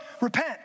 Repent